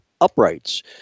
uprights